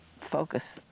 focus